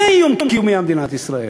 זה איום קיומי על מדינת ישראל,